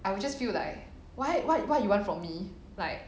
I will just feel like what what what you want from me like